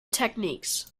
techniques